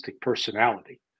personality